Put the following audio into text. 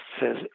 says